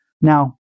Now